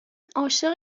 عاشق